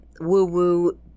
woo-woo